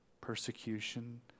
persecution